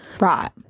right